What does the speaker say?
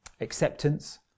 Acceptance